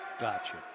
Gotcha